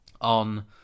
on